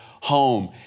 home